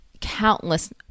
countless